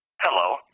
hello